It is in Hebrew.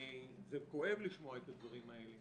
זה כואב לשמוע את הדברים האלה